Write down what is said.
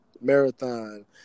Marathon